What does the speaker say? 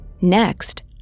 Next